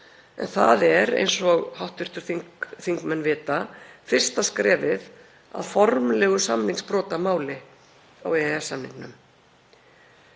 en það er, eins og hv. þingmenn vita, fyrsta skrefið að formlegu samningsbrotamáli á EES-samningnum.